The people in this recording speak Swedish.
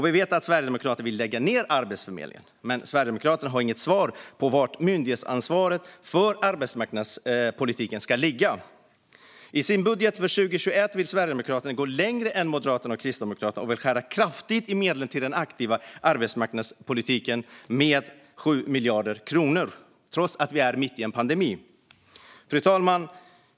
Vi vet att Sverigedemokraterna vill lägga ned Arbetsförmedlingen, men Sverigedemokraterna har inget svar på var myndighetsansvaret för arbetsmarknadspolitiken ska ligga. I sin budget för 2021 vill Sverigedemokraterna gå längre än Moderaterna och Kristdemokraterna och kraftigt skära i medlen till den aktiva arbetsmarknadspolitiken med 7 miljarder kronor, trots att vi är mitt i en pandemi. Fru talman!